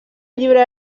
llibre